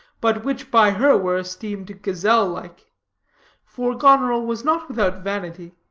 but which by her were esteemed gazelle-like for goneril was not without vanity.